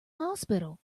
hospital